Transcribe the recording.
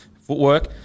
footwork